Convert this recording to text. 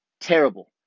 terrible